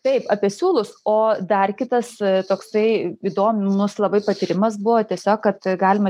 taip apie siūlus o dar kitas toksai įdomus labai patyrimas buvo tiesiog kad galima